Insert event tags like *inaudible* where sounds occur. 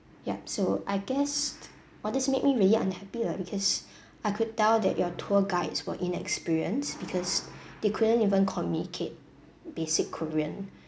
yup so I guess all these made me really unhappy lah because *breath* I could tell that your tour guides were inexperienced because *breath* they couldn't even communicate basic korean